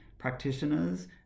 practitioners